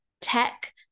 tech